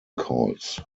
calls